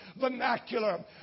vernacular